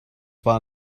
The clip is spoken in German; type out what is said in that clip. war